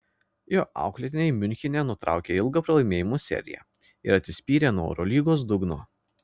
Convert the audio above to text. jo auklėtiniai miunchene nutraukė ilgą pralaimėjimų seriją ir atsispyrė nuo eurolygos dugno